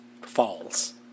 falls